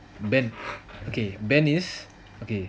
ben okay ben is okay